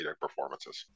performances